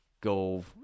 go